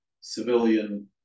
civilian